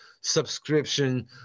subscription